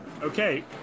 Okay